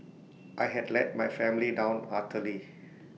I had let my family down utterly